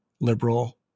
liberal